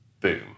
boom